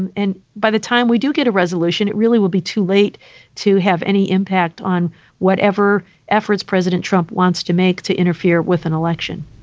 and and by the time we do get a resolution, it really will be too late to have any impact on whatever efforts president trump wants to make to interfere with an election